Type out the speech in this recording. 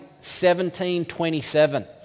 1727